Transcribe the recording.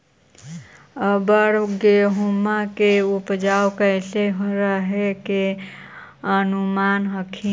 अबर गेहुमा के उपजबा कैसन रहे के अनुमान हखिन?